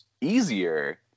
easier